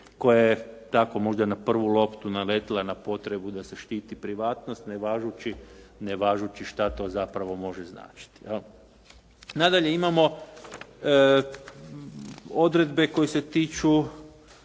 koja je tako možda na prvu loptu naletila na potrebu da se štiti privatnost ne važući šta to zapravo može značiti. Jel? Nadalje imamo odredbe koje se tiču